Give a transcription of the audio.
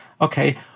okay